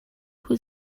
who